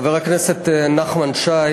חבר הכנסת נחמן שי